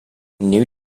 new